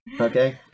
Okay